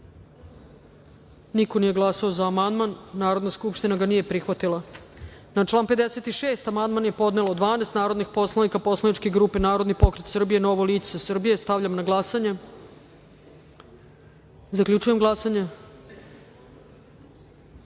niko nije glasao za ovaj amandman. Narodna skupština ga nije prihvatila. Na član 131. amandman je podnelo 12 narodnih poslanika poslaničke grupe Narodni pokret Srbije-Novo lice Srbije. Stavljam na glasanje. Zaključujem glasanje: